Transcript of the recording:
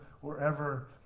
wherever